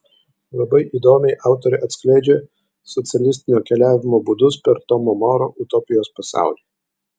labai įdomiai autorė atskleidžia socialistinio keliavimo būdus per tomo moro utopijos pasaulį